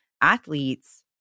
athletes